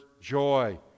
joy